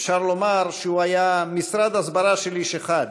אפשר לומר שהוא היה משרד הסברה של איש אחד.